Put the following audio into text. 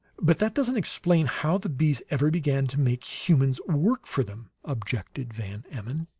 but that doesn't explain how the bees ever began to make humans work for them, objected van emmon.